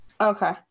okay